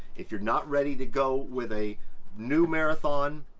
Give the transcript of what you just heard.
if you're not ready to go with a new marathon,